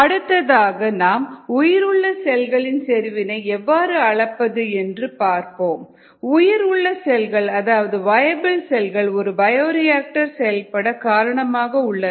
அடுத்ததாக நாம் உயிருள்ள செல்களின் செறிவினை எவ்வாறு அளப்பது என்று பார்ப்போம் உயிர் உள்ள செல்கள் அதாவது வயபிள் செல்கள் ஒரு பயோரியாக்டர் செயல்பட காரணமாக உள்ளன